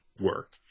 work